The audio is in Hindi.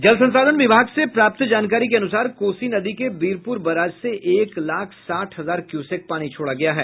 जल संसाधन विभाग से प्राप्त जानकारी के अनुसार कोसी नदी के वीरपुर बराज से एक लाख साठ हजार क्यूसेक पानी छोड़ा गया है